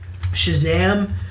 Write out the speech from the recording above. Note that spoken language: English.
Shazam